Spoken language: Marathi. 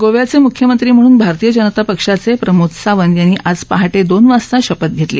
गोव्याचे मुख्यमंत्री म्हणून भारतीय जनता पक्षाचे प्रमोद सावंत यांनी आज पहाटे दोन वाजता शपथ घेतली